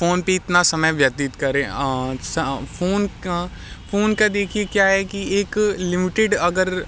phone पे इतना समय व्यतीत करें स फ़ोन का फ़ोन का देखिए क्या है कि एक लिमिटेड अगर